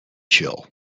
chill